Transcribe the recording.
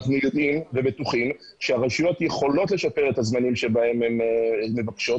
אנחנו יודעים ובטוחים שהרשויות יכולות לשפר את הזמנים בהם הן מבקשות.